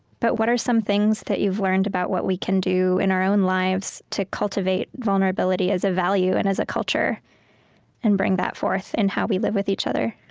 but what are some things that you've learned about what we can do in our own lives to cultivate vulnerability as a value and as a culture and bring that forth in how we live with each other?